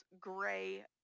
gray